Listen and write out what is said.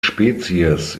spezies